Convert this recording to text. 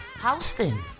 Houston